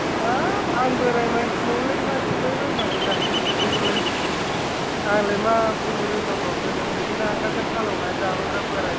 हाब आं बोराय मानसिनावलाय मा सोंबाय बायनांगौ जाखो बिदिखौलाय आंलाय मा बुंनो रोंनांगौ गोदोनिफ्रायनो नांगोलजों हालेवनानै जाबोग्रा बोराय मानसियालाय